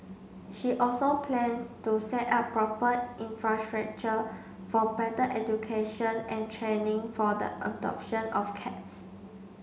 she also plans to set up proper infrastructure for better education and training for the adoption of cats